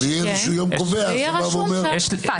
אבל יהיה איזה יום קובע שבא ואומר --- יהיה